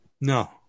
No